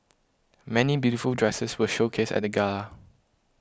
many beautiful dresses were showcased at the gala